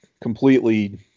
completely